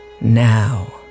Now